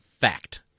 fact